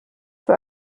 für